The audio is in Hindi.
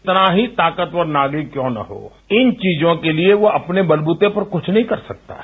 कितना ही ताकतवर नागरिक क्यों न हो इन चीजों के लिए वो अपने बलबूते पर कुछ नहीं कर सकता है